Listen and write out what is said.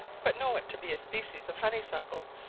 but know it to be a species of honeysuckle,